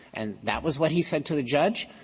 and that was what he said to the judge.